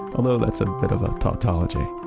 although that's a bit of a tautology.